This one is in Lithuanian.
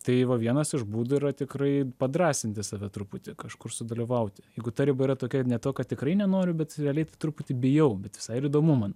tai va vienas iš būdų yra tikrai padrąsinti save truputį kažkur sudalyvauti jeigu ta riba yra tokia ne to kad tikrai nenoriu bet realiai tai truputį bijau bet visai ir įdomu man